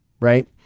right